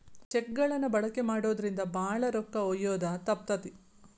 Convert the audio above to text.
check ಗಳನ್ನ ಬಳಕೆ ಮಾಡೋದ್ರಿಂದ ಭಾಳ ರೊಕ್ಕ ಒಯ್ಯೋದ ತಪ್ತತಿ